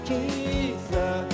Jesus